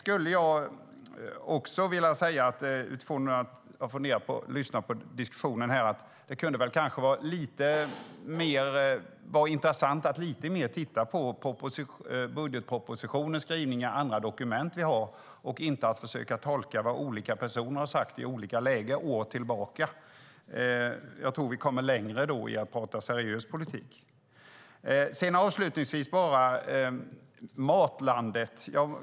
Efter att ha lyssnat på diskussion här tycker jag att det vore lite intressant att mer se till budgetpropositionens skrivningar och andra dokument vi har och inte att försöka tolka vad olika personer har sagt i olika lägen år tillbaka. Jag tror att vi kommer längre med att tala seriös politik. Avslutningsvis vill jag säga något om Matlandet.